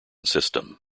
system